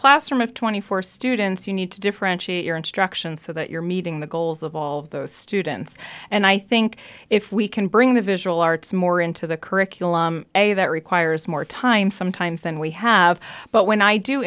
classroom of twenty four students you need to differentiate your instruction so that you're meeting the goals of all of those students and i think if we can bring the visual arts more into the curriculum a that requires more time sometimes than we have but when i do